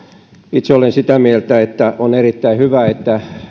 itse olen sitä mieltä että on erittäin hyvä että